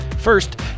First